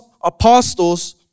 apostles